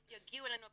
שיגיעו אלינו הפניות.